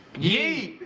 ye.